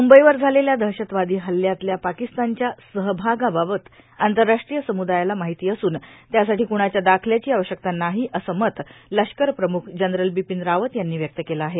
मुंबईवर झालेल्या दहशतवादो हल्ल्यातल्या पार्कस्तानच्या सहभागाबाबत आंतरराष्ट्रीय समुदायाला मार्ाहती असून त्यासाठी कुणाच्या दाखल्याची आवश्यकता नाहो असं मत लष्कर प्रमुख जनरल र्विपीन रावत यांनी व्यक्त केलं आहे